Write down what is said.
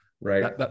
right